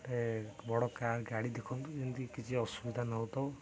ଗୋଟେ ବଡ଼ କାର ଗାଡ଼ି ଦେଖନ୍ତୁ ଯେମିତି କିଛି ଅସୁବିଧା ନ ହଉଥାଉ